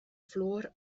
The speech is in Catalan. fluor